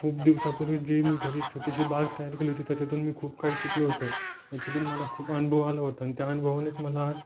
खूप दिवसापूर्वी जे मी घरी छोटीशी बाग तयार केली होती त्याच्यातून मी खूप काही शिकलो होतो याच्यातून मला खूप अनुभव आला होता आणि त्या अनुभवानेच मला आज